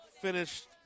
finished